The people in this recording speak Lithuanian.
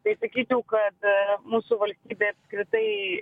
tai sakyčiau kad mūsų valstybėj apskritai